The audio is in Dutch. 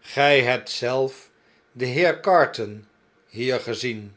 gg hebt zelf den heer carton hier gezien